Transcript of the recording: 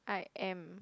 I am